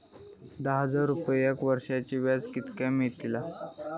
दहा हजार रुपयांक वर्षाक व्याज कितक्या मेलताला?